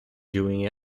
doing